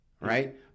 right